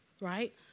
right